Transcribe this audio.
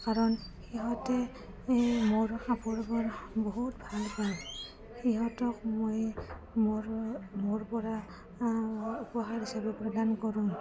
কাৰণ সিহঁতে মোৰ কাপোৰবোৰ বহুত ভালপায় সিহঁতক মই মোৰপৰা উপহাৰ হিচাপে প্ৰদান কৰোঁ